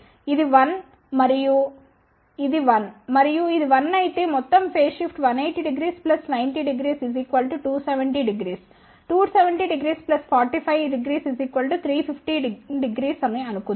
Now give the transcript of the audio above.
ఇది 1 మరియు ఇది 1 మరియు ఇది 1 అయితే మొత్తం ఫేస్ షిఫ్ట్ 1800 900 2700 2700 450 3150 అని అనుకుందాం